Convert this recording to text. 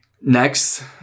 Next